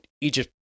Egypt